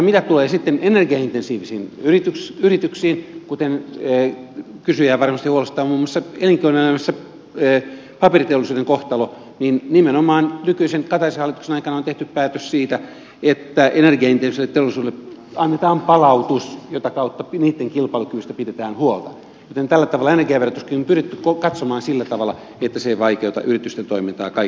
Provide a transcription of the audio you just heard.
mitä tulee energiaintensiivisiin yrityksiin kuten kysyjää varmasti huolestuttaa muun muassa elinkeinoelämässä paperiteollisuuden kohtalo niin nimenomaan nykyisen kataisen hallituksen aikana on tehty päätös siitä että energiaintensiiviselle teollisuudelle annetaan palautus jota kautta niitten kilpailukyvystä pidetään huolta joten tällä tavalla energiaverotuskin on pyritty katsomaan sillä tavalla että se ei vaikeuta yritysten toimintaa kaiken kaikkiaan